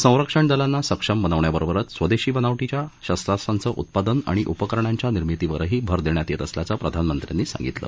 संरक्षण दलांना सक्षम बनवण्याबरोबरच स्वदेशी बनावटीच्या शस्त्रास्त्रांचं उत्पादन आणि उपकरणांच्या निर्मितीवरही भर देण्यात येत असल्याचं प्रधानमंत्र्यांनी सांगितलं